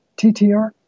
TTR